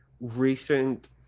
recent